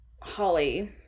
Holly